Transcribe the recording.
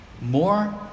more